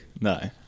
No